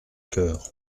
coeur